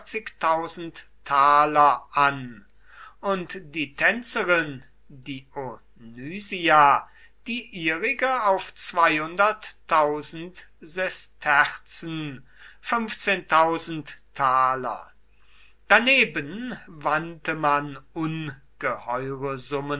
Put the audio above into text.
an und die tänzerin dionysia die ihrige auf sesterzen daneben wandte man ungeheure